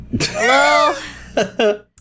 Hello